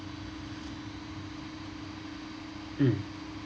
mm